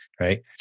Right